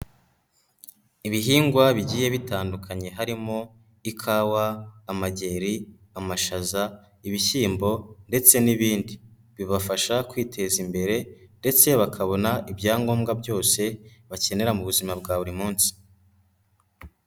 Ibihingwa bigiye bitandukanye harimo ikawa, amageri, amashaza ndetse n'ibindi, bibafasha kwiteza imbere ndetse bakabona ibyangombwa byose bakenera mu buzima bwa buri munsi.